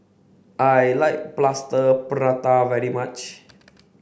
I like Plaster Prata very much